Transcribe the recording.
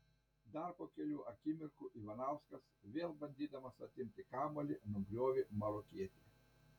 dar po kelių akimirkų ivanauskas vėl bandydamas atimti kamuolį nugriovė marokietį